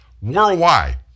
worldwide